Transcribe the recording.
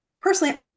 Personally